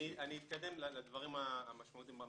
אני אתקדם לדברים המשמעותיים.